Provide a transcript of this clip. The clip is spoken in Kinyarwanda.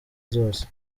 zose